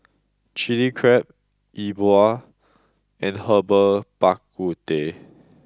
Chili Crab E Bua and Herbal Bak Ku Teh